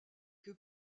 que